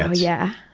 ah yeah.